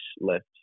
left